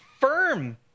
firm